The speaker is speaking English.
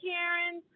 Karen